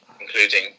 including